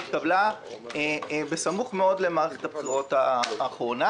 היא התקבלה בסמוך מאוד למערכת הבחירות האחרונה,